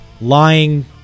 lying